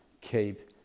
keep